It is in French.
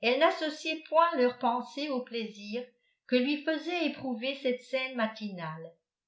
elle n'associait point leur pensée au plaisir que lui faisait éprouver cette scène matinale